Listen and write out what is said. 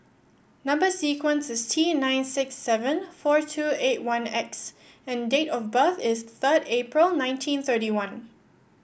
number sequence is T nine six seven four two eight one X and date of birth is third April nineteen thirty one